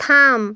থাম